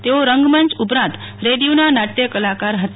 તેઓ રંગમંચ ઉપરાંત રેડીયોના નાટય કલાકાર હતા